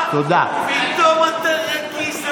מה, פתאום אתה רגיש.